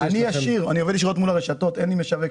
אני עובד ישירות מול הרשתות, אין לי משווק.